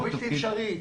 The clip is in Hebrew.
בלתי אפשרי,